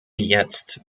jetzt